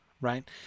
right